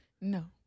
No